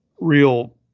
real